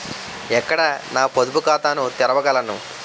ఎక్కడ నా పొదుపు ఖాతాను తెరవగలను?